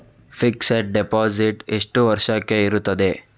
Fixed deposit ಎಷ್ಟು ವರ್ಷಕ್ಕೆ ಇರುತ್ತದೆ?